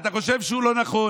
אתה חושב שהוא לא נכון,